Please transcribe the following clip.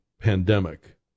pandemic